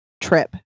trip